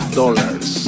dollars